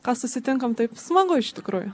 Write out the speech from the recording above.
ką susitinkam taip smagu iš tikrųjų